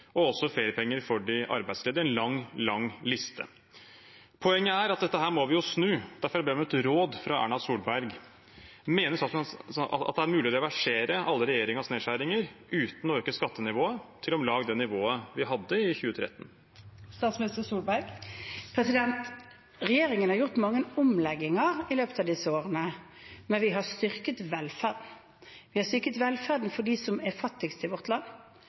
og også kutt i feriepenger for de arbeidsledige – en lang, lang liste. Poenget er at dette må vi snu, og derfor ber jeg om et råd fra Erna Solberg. Mener statsministeren at det er mulig å reversere alle regjeringens nedskjæringer uten å øke skattenivået til om lag det nivået vi hadde i 2013? Regjeringen har gjort mange omlegginger i løpet av disse årene, men vi har styrket velferden. Vi har styrket velferden for dem som er fattigst i vårt land,